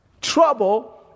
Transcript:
trouble